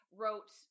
wrote